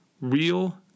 Real